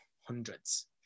hundreds